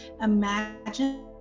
imagine